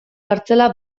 kartzela